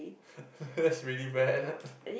that's really bad